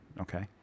Okay